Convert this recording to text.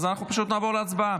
אז אנחנו פשוט נעבור להצבעה.